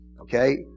Okay